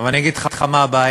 ואני אגיד לך מה הבעיה: